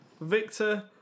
Victor